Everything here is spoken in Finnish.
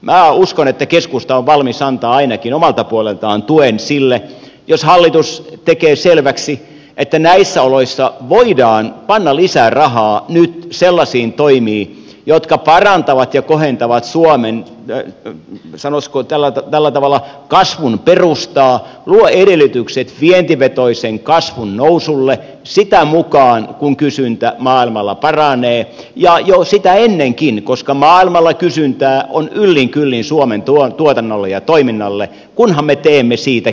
minä uskon että keskusta on valmis antamaan ainakin omalta puoleltaan tuen sille jos hallitus tekee selväksi että näissä oloissa voidaan panna lisää rahaa nyt sellaisiin toimiin jotka parantavat ja kohentavat suomen sanoisiko tällä tavalla kasvun perustaa luovat edellytykset vientivetoisen kasvun nousulle sitä mukaa kuin kysyntä maailmalla paranee ja jo sitä ennenkin koska maailmalla kysyntää on yllin kyllin suomen tuotannolle ja toiminnalle kunhan me teemme siitä kilpailukykyisen